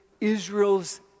Israel's